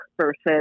versus